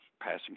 passing